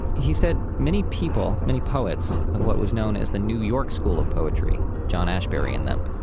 he said many people, many poets, of what was known as the new york school of poetry john ashbery, an them,